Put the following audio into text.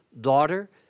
Daughter